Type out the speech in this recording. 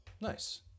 nice